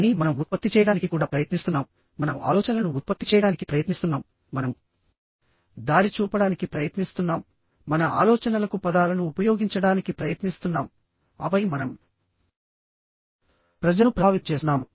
కానీ మనం ఉత్పత్తి చేయడానికి కూడా ప్రయత్నిస్తున్నాం మనం ఆలోచనలను ఉత్పత్తి చేయడానికి ప్రయత్నిస్తున్నాం మనం దారి చూపడానికి ప్రయత్నిస్తున్నాం మన ఆలోచనలకు పదాలను ఉపయోగించడానికి ప్రయత్నిస్తున్నాంఆపై మనం ప్రజలను ప్రభావితం చేయడానికి ప్రయత్నిస్తున్నాం